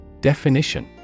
Definition